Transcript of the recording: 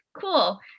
cool